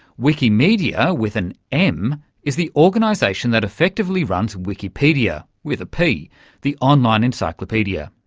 wikimedia with an m is the organisation that effectively runs wikipedia with a p the online encyclopaedia.